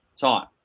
time